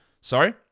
Sorry